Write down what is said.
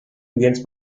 begins